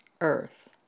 earth